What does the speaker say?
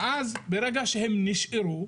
ואז, ברגע שהם נשארו,